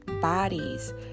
bodies